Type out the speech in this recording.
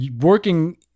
working